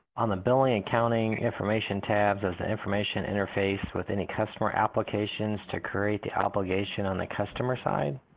on the billing accounting information tab of the information interface with any customer applications to create the obligation on the customer side?